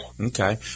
Okay